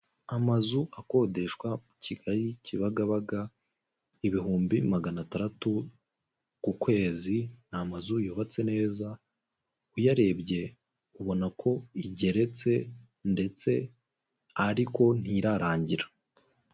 Amazu akodeshwa muri Kigali Kibagabaga ibihumbi magana atandatu ku kwezi ni amazu yubatse neza uyarebye ubona ko igeretse ndetse ariko ntirarangira.